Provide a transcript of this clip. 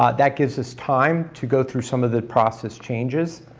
um that gives us time to go through some of the process changes.